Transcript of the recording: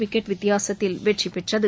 wicket வித்தியாசத்தில் வெற்றிபெற்றது